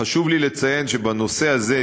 חשוב לי לציין שבנושא הזה,